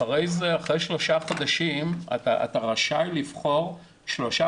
אחרי שלושה חודשים אתה רשאי לבחור שלושה